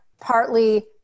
partly